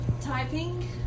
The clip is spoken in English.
Typing